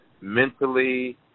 mentally